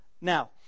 Now